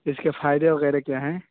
اس کے فائدے وغیرہ کیا ہیں